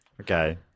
Okay